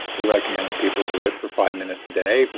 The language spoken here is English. we recommend that people do it for five minutes day,